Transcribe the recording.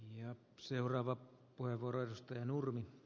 ja seuraava puheenvuorosta ja nurmi